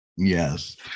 Yes